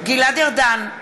גלעד ארדן,